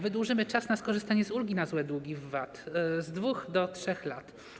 Wydłużymy czas na skorzystanie z ulgi na złe długi w VAT z 2 do 3 lat.